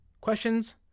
questions